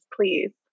please